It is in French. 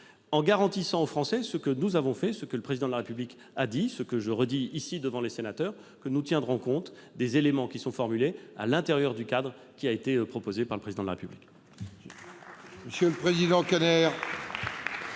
en garantissant aux Français, ainsi que nous l'avons fait, que le Président de la République l'a dit et que je le redis ici, devant les sénateurs, que nous tiendrons compte des éléments qui seront formulés à l'intérieur du cadre proposé par le Président de la République.